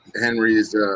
Henry's